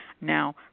now